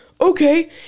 Okay